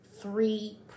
three